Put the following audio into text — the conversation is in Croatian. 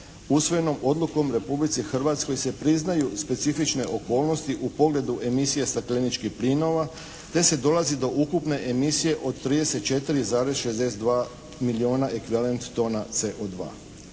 usvojenom odlukom Republici Hrvatskoj se priznaju specifične okolnosti u pogledu emisije stakleničkih plinova te se dolazi do ukupne emisije od 34,62 milijuna ekvivalent tona CO2.